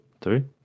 three